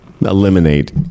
eliminate